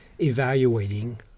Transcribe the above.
evaluating